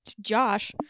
Josh